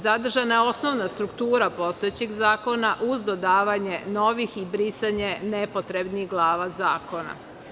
Zadržana je osnovna struktura postojećeg zakona uz dodavanje novih i brisanje nepotrebnih glava zakona.